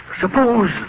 Suppose